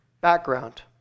Background